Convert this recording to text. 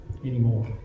anymore